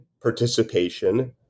participation